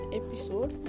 episode